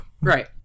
right